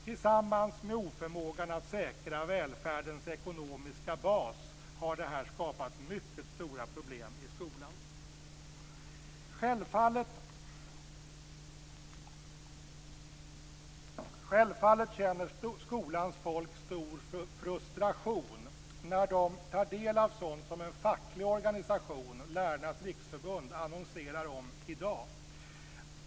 Tillsammans med oförmågan att säkra välfärdens ekonomiska bas har detta skapat mycket stora problem i skolan. Självfallet känner skolans folk stor frustration när man tar del av sådant som en facklig organisation, Lärarnas Riksförbund, i dag annonserar om.